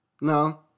no